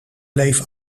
bleef